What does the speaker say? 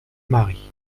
mari